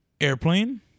Airplane